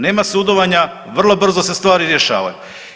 Nema sudovanja, vrlo brzo se stvari rješavaju.